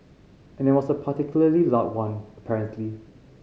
and it was a particularly loud one apparently